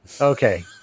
Okay